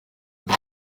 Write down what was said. kuri